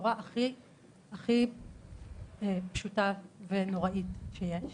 בצורה הכי פשוטה ונוראית שיש.